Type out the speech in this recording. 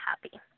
happy